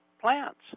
plants